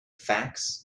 facts